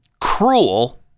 cruel